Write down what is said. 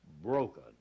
broken